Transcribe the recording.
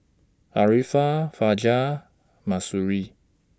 Arifa Fajar Mahsuri